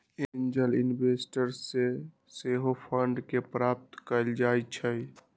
angel investors से सेहो fund के प्राप्त कएल जाइ छइ